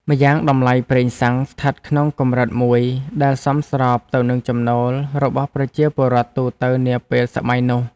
ម្យ៉ាងតម្លៃប្រេងសាំងស្ថិតក្នុងកម្រិតមួយដែលសមស្របទៅនឹងចំណូលរបស់ប្រជាពលរដ្ឋទូទៅនាពេលសម័យនោះ។